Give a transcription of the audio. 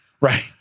Right